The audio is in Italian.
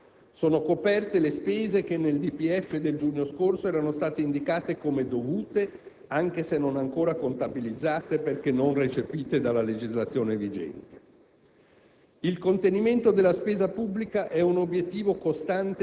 l'investimento in capitale materiale e immateriale. Sono coperte le spese che nel DPEF del giugno scorso erano state indicate come dovute, anche se non ancora contabilizzate perché non recepite della legislazione vigente.